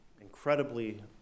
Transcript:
incredibly